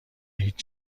هیچ